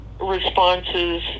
responses